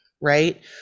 right